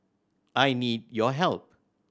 I need your help